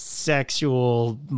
sexual